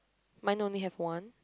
mine only have one